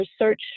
research